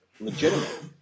legitimate